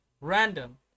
random